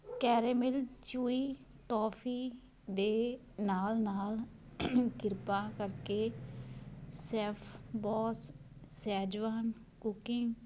caramel chewy toffee ਦੇ ਨਾਲ ਨਾਲ ਕਿਰਪਾ ਕਰਕੇ ਸੈੱਫਬੌਸ ਸ਼ੈਜਵਾਨ ਕੁਕਿੰਗ